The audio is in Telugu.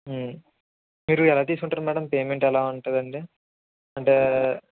మీరు ఎలా తీసుకుంటారు మేడం పేమెంటు ఎలా ఉంటుంది అంటే